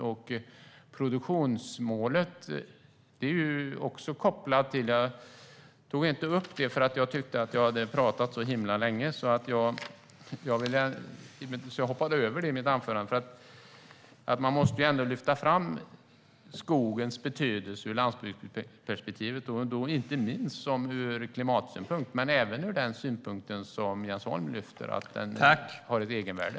Jag tog inte upp produktionsmålet, för jag tyckte att jag hade talat så länge. Därför hoppade jag över det. Man måste ändå lyfta fram skogens betydelse ur landsbygdsperspektivet, och då inte minst ur klimatsynpunkt men även ur den synpunkt som Jens Holm lyfter fram, att skogen har ett egenvärde.